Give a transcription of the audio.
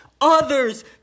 others